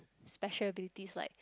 special abilities like